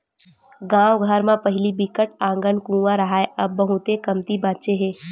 गाँव घर म पहिली बिकट अकन कुँआ राहय अब बहुते कमती बाचे हे